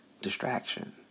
distraction